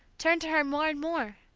turned to her more and more!